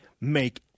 make